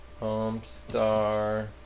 Homestar